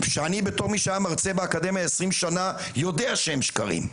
שאני בתור מי שהיה מרצה באקדמיה במשך 20 שנים יודע שהם שקרים.